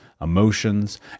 emotions